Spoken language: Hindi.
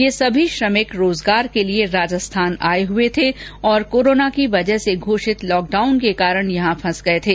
ये सभी श्रमिक रोजगार के लिए राजस्थान आए हए थे और कोरोना की वजह से घोषित लॉकडाउन के कारण यहां फंस गए थे